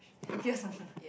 happiest